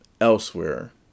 elsewhere